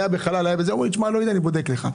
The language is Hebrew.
לא ידע מה לענות אמר שיבדוק לי.